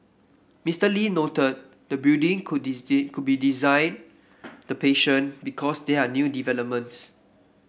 Mister Lee noted the building could could be designed the patient because there are new developments